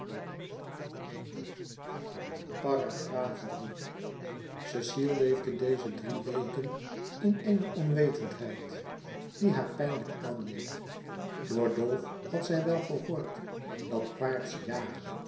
cecile leefde deze drie weken in eene onwetendheid die haar pijnlijk aandeed door dolf had zij wel gehoord dat quaerts jaagde